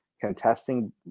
contesting